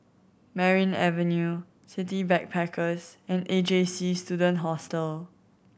Merryn Avenue City Backpackers and A J C Student Hostel